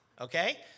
okay